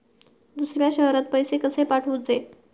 दुसऱ्या शहरात पैसे कसे पाठवूचे?